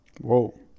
Whoa